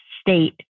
state